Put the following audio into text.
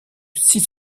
six